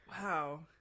Wow